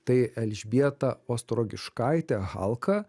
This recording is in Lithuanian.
tai elžbieta ostrogiškaitė halka